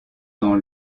dans